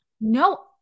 no